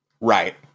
Right